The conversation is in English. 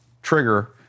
trigger